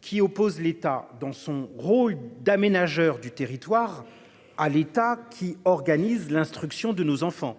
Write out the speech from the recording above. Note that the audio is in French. qui oppose l'état dans son rôle d'aménageur du territoire à l'État qui organise l'instruction de nos enfants.